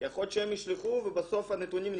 כי יכול להיות שהם ישלחו ובסוף נקבל